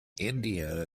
indiana